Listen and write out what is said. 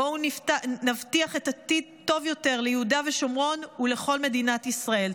בואו נבטיח עתיד טוב יותר ליהודה ושומרון ולכל מדינת ישראל.